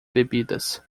bebidas